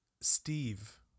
Steve